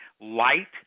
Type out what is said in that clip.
light